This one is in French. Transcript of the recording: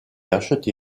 acheté